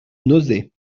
nozay